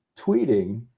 tweeting